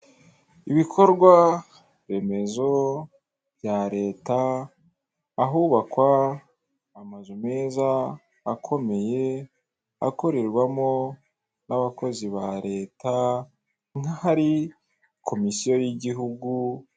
Ibikorwa remezo, bya leta, aho bakora amazu meza, akomeye akorerwamo n'abakozi ba leta nk'ahari komisiyo y'igihugu.